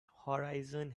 horizon